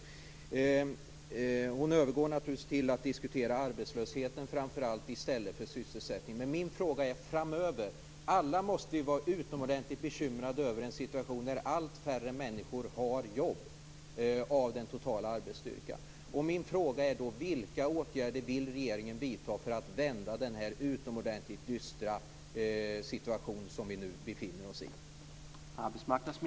Arbetsmarknadsministern övergick sedan till att diskutera framför allt arbetslösheten i stället för sysselsättningen. Alla måste ju vara utomordentligt bekymrade över en situation då allt färre människor av den totala arbetsstyrkan har jobb. Min fråga är: Vilka åtgärder vill regeringen vidta för att vända denna utomordentligt dystra situation som vi nu befinner oss i?